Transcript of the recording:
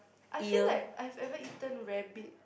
I feel like I've ever eaten rabbit